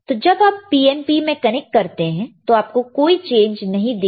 तो जब हम PNP में कनेक्ट करते हैं तो आपको कोई चेंज नहीं दिख